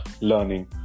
learning